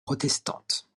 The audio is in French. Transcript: protestante